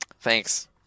Thanks